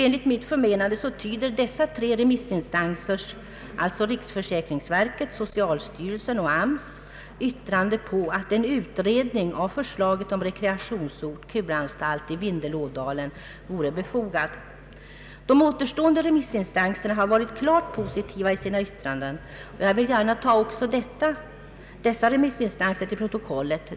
Enligt mitt förmenande tyder dessa tre remissinstansers, riksförsäkringsverket, socialstyrelsen och AMS, yttranden på att en utredning av förslaget om rekreationsort-kuranstalt i Vindelådalen vore befogad. varit klart positiva i sina yttranden. Och jag vill gärna ta även dessa remissinstansers yttranden till protokollet.